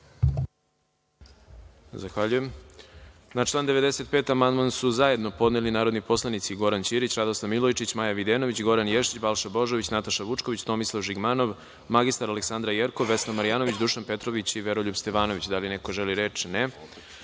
Zahvaljujem. Na član 95. amandman su zajedno podneli narodni poslanici Goran Ćirić, Radoslav Milojičić, Maja Videnović, Goran Ješić, Balša Božović, Nataša Vučković, Tomislav Žigmanov, mr Aleksandra Jerkov, Vesna Marjanović, Dušan Petrović i Veroljub Stevanović. Da li neko želi reč?